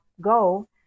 go